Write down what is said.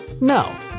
no